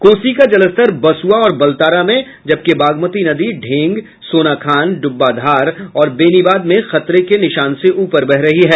कोसी का जलस्तर बसुआ और बलतारा में जबकि बागमती नदी ढेंग सोनाखान ड्रब्बाधार और बेनीबाद में खतरे के निशान से ऊपर बह रहा है